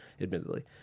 admittedly